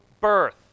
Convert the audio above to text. birth